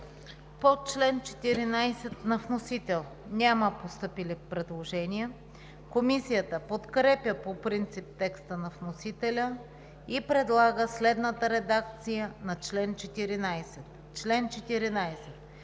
По чл. 15 на вносител няма постъпили предложения. Комисията подкрепя по принцип текста на вносителя и предлага следната редакция на чл. 15: „Чл. 15.